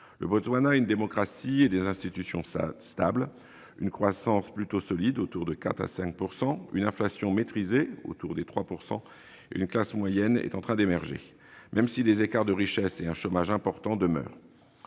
se prévaloir d'une démocratie et d'institutions stables, d'une croissance plutôt solide- de 4 % à 5 % environ -et d'une inflation maîtrisée- autour de 3 %. Une classe moyenne est en train d'émerger, même si des écarts de richesse et un chômage importants demeurent.